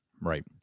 Right